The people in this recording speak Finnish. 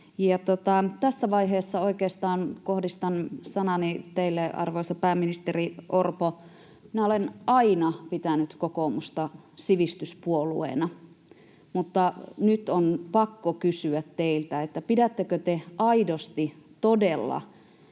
tässä vaiheessa oikeastaan kohdistan sanani teille, arvoisa pääministeri Orpo. Minä olen aina pitänyt kokoomusta sivistyspuolueena, mutta nyt on pakko kysyä teiltä: pidättekö te aidosti todella